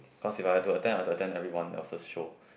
cause if I have to attend I have to attend everyone else's show